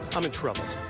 i'm in trouble.